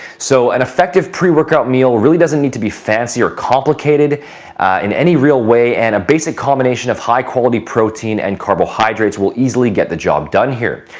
so, an effective pre-workout meal really doesn't need to be fancy or complicated in any real way. and a basic combination of high quality protein and carbohydrates will easily get the job done here.